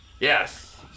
Yes